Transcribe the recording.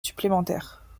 supplémentaire